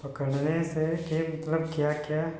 पकड़ने से के मतलब क्या क्या